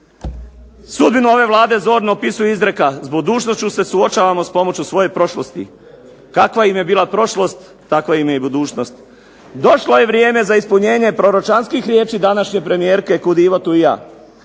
Sudbina ove Vlade zorno opisuje izreka s budućnošću se suočavamo s pomoću svoje prošlosti. Kakva im je bila prošlost, takva im je budućnost. Došlo je vrijeme za ispunjenje proročanskih riječi današnje premijerke kud Ivo tu i ja.